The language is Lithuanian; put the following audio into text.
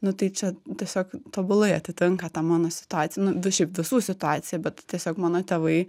nu tai čia tiesiog tobulai atitinka tą mano situaciją nu šiaip visų situaciją bet tiesiog mano tėvai